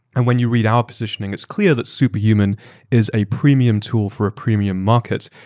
and when you read our positioning, it's clear that superhuman is a premium tool for a premium market.